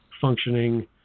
functioning